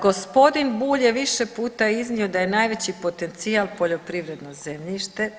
Gospodin Bulj je više puta iznio da je najveći potencijal poljoprivredno zemljište.